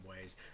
ways